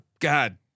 God